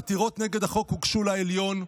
עתירות נגד החוק הוגשו לעליון,